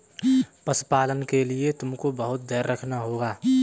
पशुपालन के लिए तुमको बहुत धैर्य रखना होगा